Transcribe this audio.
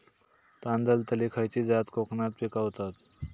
तांदलतली खयची जात कोकणात पिकवतत?